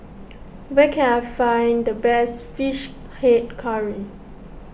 where can I find the best Fish Head Curry